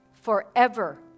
forever